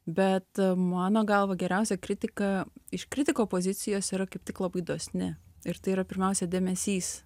bet mano galva geriausia kritika iš kritiko pozicijos yra kaip tik labai dosni ir tai yra pirmiausia dėmesys